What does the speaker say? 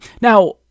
Now